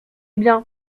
bien